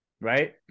right